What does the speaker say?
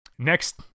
Next